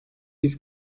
biz